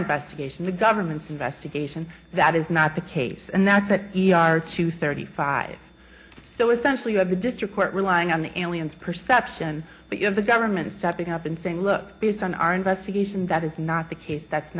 investigation the government's investigation that is not the case and that's what e r two thirty five so essentially you have the district court relying on the aliens perception but you have the government stepping up and saying look based on our investigation that is not the case that's